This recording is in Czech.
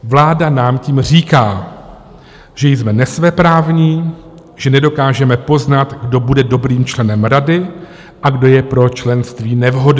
Vláda nám tím říká, že jsme nesvéprávní, že nedokážeme poznat, kdo bude dobrým členem rady a kdo je pro členství nevhodný.